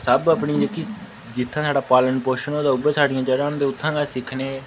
सब अपनी जेह्की जित्थें स्हाड़ा पालन पोशन होए दा उ'ऐ स्हाड़ियां जड़ां न ते उत्थां गै अस सिक्खने